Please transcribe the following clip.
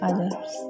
Others